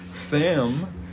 Sam